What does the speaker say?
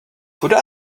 could